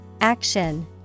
Action